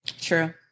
True